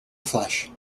flesh